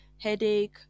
headache